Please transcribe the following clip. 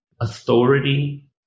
authority